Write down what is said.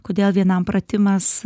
kodėl vienam pratimas